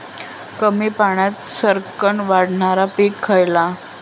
कमी पाण्यात सरक्कन वाढणारा पीक खयला?